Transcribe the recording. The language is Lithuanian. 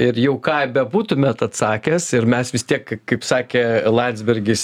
ir jau ką bebūtumėt atsakęs ir mes vis tiek kaip sakė landsbergis